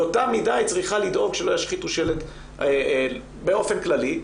באותה מידה היא צריכה לדאוג שלא ישחיתו שלט באופן כללי,